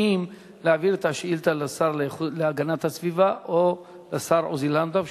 אם להעביר את השאילתא לשר להגנת הסביבה או לשר עוזי לנדאו,